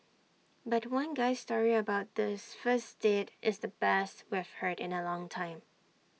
but one guy's story about this first date is the best we've heard in A long time